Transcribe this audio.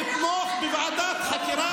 תתמוך בוועדת חקירה לגלות את האמת.